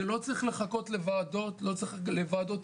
שלא צריך לחכות לוועדות היגוי.